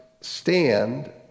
stand